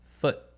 foot